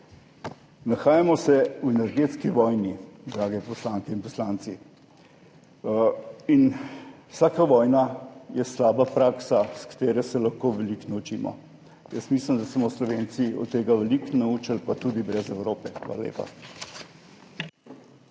Nahajamo se v energetski vojni, drage poslanke in poslanci, in vsaka vojna je slaba praksa, s katero se lahko veliko naučimo. Jaz mislim, da se bomo Slovenci od tega veliko naučili, pa tudi brez Evrope. Hvala lepa.